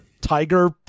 tiger